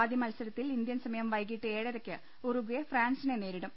ആദ്യ മത്സരത്തിൽ ഇന്ത്യൻ സമയം വൈകീട്ട് ഏഴരയ്ക്ക് ഉറുഗെട ഫ്രാൻസിനെ നേരിടും